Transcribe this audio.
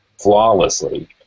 flawlessly